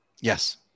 Yes